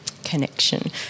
Connection